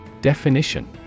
Definition